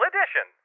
Edition